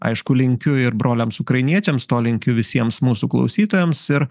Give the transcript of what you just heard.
aišku linkiu ir broliams ukrainiečiams to linkiu visiems mūsų klausytojams ir